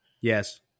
Yes